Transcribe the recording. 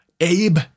Abe